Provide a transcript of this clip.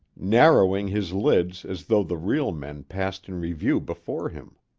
narrowing his lids as though the real men passed in review before him.